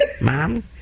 Mom